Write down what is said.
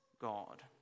God